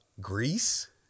Greece